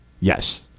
Yes